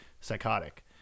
psychotic